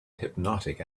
hypnotic